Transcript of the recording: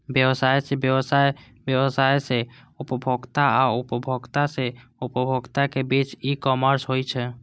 व्यवसाय सं व्यवसाय, व्यवसाय सं उपभोक्ता आ उपभोक्ता सं उपभोक्ता के बीच ई कॉमर्स होइ छै